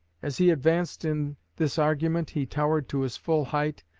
as he advanced in this argument he towered to his full height,